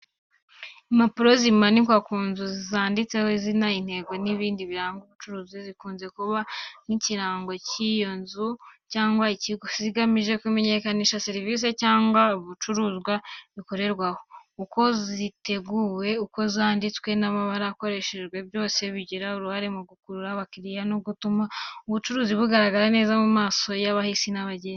Impapuro zimanikwa ku nzu zanditseho izina, intego n’ibindi biranga ubucuruzi, zikunze kuba nk’ikirango cy’iyo nzu cyangwa ikigo. Zigamije kumenyekanisha serivisi cyangwa ibicuruzwa bikorerwa aho. Uko ziteguwe, uko zanditswe n’amabara akoreshejwe, byose bigira uruhare mu gukurura abakiriya no gutuma ubucuruzi bugaragara neza mu maso y’abahisi n’abagenzi.